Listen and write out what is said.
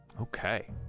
Okay